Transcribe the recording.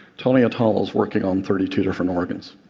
tony atala is working on thirty two different organs.